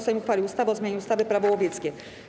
Sejm uchwalił ustawę o zmianie ustawy - Prawo łowieckie.